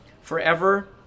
forever